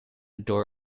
door